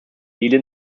lili